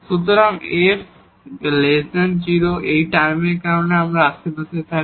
term f 0 এই টার্মের কারণে যদি আমরা আশেপাশে থাকি